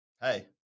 Hey